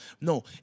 No